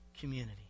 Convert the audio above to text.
community